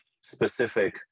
specific